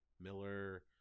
Miller